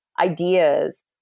ideas